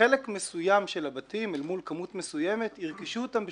חלק מסוים של הבתים אל מול כמות מסוימת ירכשו אותם ב-33%.